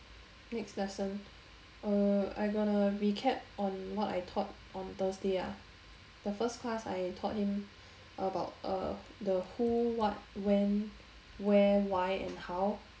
next lesson uh I gonna recap on what I thought on thursday ah the first class I taught him about uh the who what when where why and how